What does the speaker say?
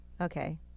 Okay